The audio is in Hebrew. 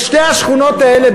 בשתי השכונות האלה,